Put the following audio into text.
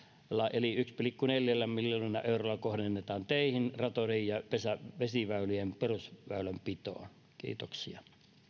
eli yksi pilkku neljä miljoonaa euroa kohdennetaan teihin ratojen ja vesiväylien perusväylänpitoon kiitoksia